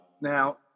Now